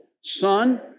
Son